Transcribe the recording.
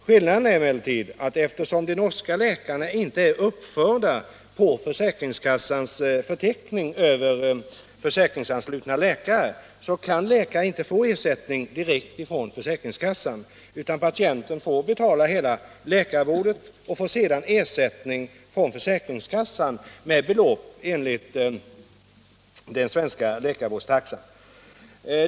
Skillnaden är emellertid att eftersom de norska läkarna inte är uppförda på försäkringskassans förteckning över försäkringsanslutna läkare kan läkare inte få ersättning direkt från försäkringskassan, utan patienten får betala hela läkararvodet och får sedan ersättning från försäkringskassan med belopp enligt den svenska läkarvårdstaxan.